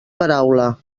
paraula